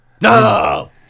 No